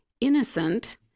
innocent